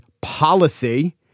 policy